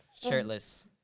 shirtless